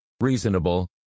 reasonable